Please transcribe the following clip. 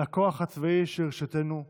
לכוח הצבאי שלרשותנו כיום.